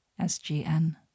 SGN